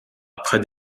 après